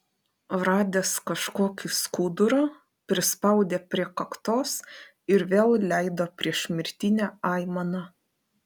radęs kažkokį skudurą prispaudė prie kaktos ir vėl leido priešmirtinę aimaną